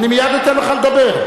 אני מייד אתן לך לדבר.